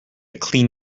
clean